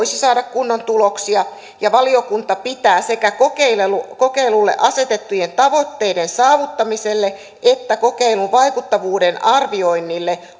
voisi saada kunnon tuloksia ja valiokunta pitää sekä kokeilulle asetettujen tavoitteiden saavuttamiselle että kokeilun vaikuttavuuden arvioinnille